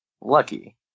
Lucky